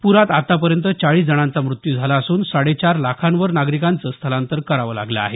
पुरात आतापर्यंत चाळीस जणांचा मृत्यू झाला असून साडे चार लाखावर नागरिकांचं स्थलांतर करावं लागलं आहे